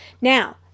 Now